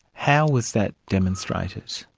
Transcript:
how was that demonstrated?